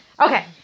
Okay